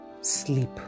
sleep